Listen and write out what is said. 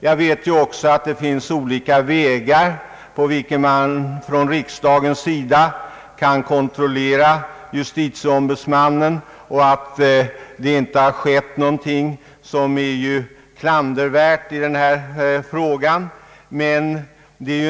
Jag vet också att det finns olika vägar för riksdagen att kontrollera justitieombudsmannen och att det inte har förekommit något klandervärt i denna fråga.